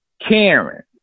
Karen